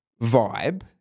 vibe